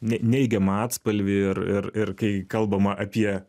ne neigiamą atspalvį ir ir ir kai kalbama apie